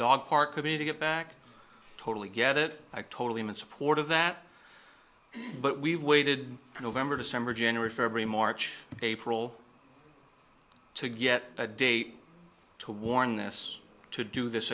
dog park to be to get back totally get it i totally missed support of that but we waited november december january february march april to get a date to warn us to do this